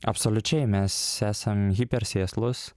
absoliučiai mes esam hiper sėslūs